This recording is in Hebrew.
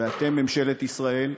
ואתם, ממשלת ישראל,